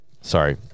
Sorry